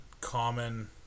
common